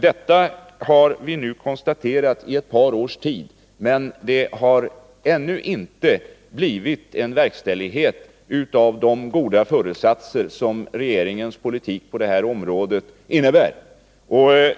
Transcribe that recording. Vi har under ett par års tid framhållit detta, men de goda föresatserna i regeringens politik på det här området har ännu inte förverkligats.